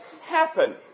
happen